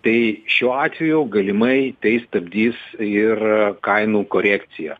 tai šiuo atveju galimai tai stabdys ir kainų korekcija